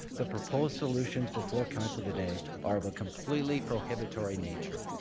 the proposed solutions before council today are of a completely prohibitory nature.